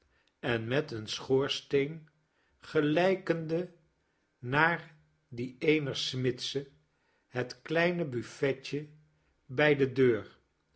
en met een schoorsteen gelijkende naar dien eener smidse het kleine buftetje bij de deur